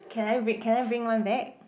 can I bring can I bring one back